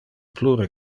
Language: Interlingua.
plure